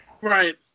Right